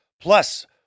Plus